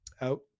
out